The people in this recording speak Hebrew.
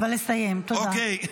אבל לסיים, תודה.